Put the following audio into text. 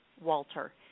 WALTER